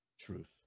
truth